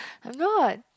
I'm not